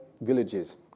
villages